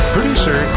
Producer